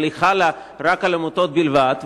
אבל היא חלה על עמותות בלבד,